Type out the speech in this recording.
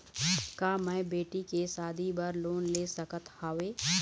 का मैं बेटी के शादी बर लोन ले सकत हावे?